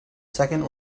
second